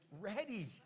ready